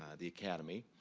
the academy.